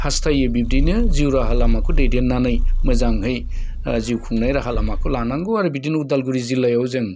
हास्थायो बिब्दिनो जिउ राहा लामाखौ दैदेननानै मोजांहै जिउ खुंनाय राहालामाखौ लानांगौ आरो बिदिनो उदालगुरि जिल्लायाव जों